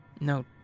No